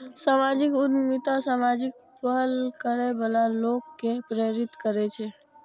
सामाजिक उद्यमिता सामाजिक पहल करै बला लोक कें प्रेरित करै छै